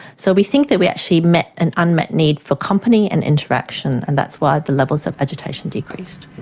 so we think that we actually met an unmet need for company and interaction, and that's why the levels of agitation decreased.